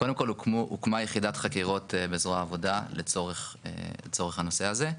קודם כל הוקמה ועדת חקירות בזרוע העבודה לצורך הנושא הזה.